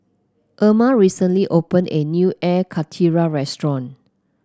Emma recently open a new Air Karthira restaurant